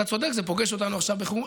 אתה צודק, זה פוגש אותנו עכשיו בחירום.